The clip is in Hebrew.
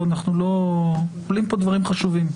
עולים פה דברים חשובים.